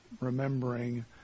remembering